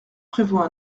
prévoit